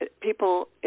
people